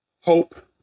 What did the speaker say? hope